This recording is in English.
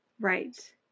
Right